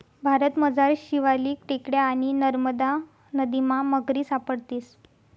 भारतमझार शिवालिक टेकड्या आणि नरमदा नदीमा मगरी सापडतीस